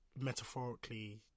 metaphorically